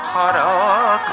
um da